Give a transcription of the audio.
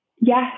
Yes